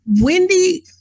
Wendy